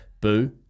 Boo